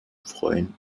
freunden